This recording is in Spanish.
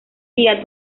día